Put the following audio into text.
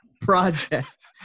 project